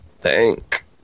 Thank